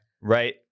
Right